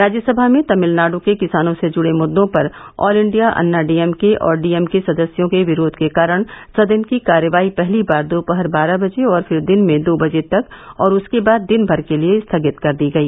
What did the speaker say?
राज्यसभा में तमिलनाड के किसानों से जुड़े मुद्दों पर ऑल इंडिया अन्ना डीएमके और डीएमके सदस्यों के विरोध के कारण सदन की कार्रवाई पहली बार दोपहर बारह बजे और फिर दिन में दो बजे तक और उसके बाद दिनभर के लिए स्थगित कर दी गई